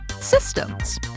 systems